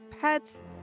pets